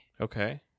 Okay